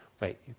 Wait